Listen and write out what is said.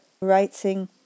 Writing